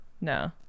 no